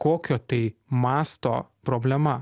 kokio tai masto problema